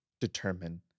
determine